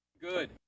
good